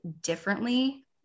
differently